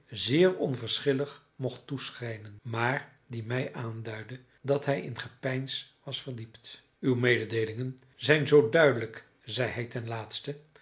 zeer onverschillig mocht toeschijnen maar die mij aanduidde dat hij in gepeins was verdiept uw mededeelingen zijn zoo duidelijk zeide hij ten laatste